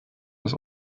das